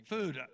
Food